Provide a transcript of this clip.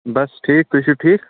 بس ٹھیٖک تُہۍ چھِو ٹھیٖک